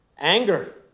Anger